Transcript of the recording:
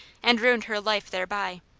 and ruined her life thereby,